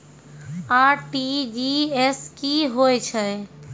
RTGS की होय छै?